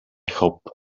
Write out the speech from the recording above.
hope